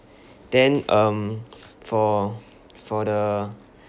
then um for for the